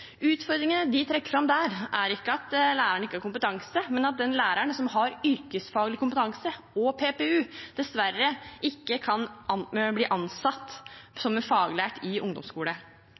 Utfordringene de trekker fram der, er ikke at lærerne ikke har kompetanse, men at den læreren som har yrkesfaglig kompetanse og PPU, dessverre ikke kan bli ansatt som en faglært i ungdomsskole.